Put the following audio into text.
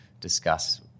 discuss